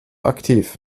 aktiv